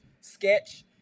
sketch